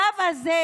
הקו הזה,